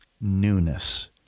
newness